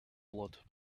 blood